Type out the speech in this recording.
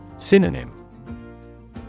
Synonym